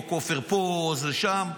או כופר פה או זה שם.